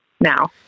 now